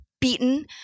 beaten